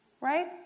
right